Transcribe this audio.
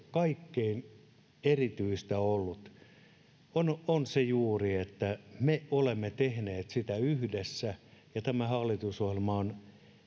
kaikkein erityisintä ollut ja se on se juuri että me olemme tehneet ohjelmaa yhdessä ja tämä hallitusohjelma on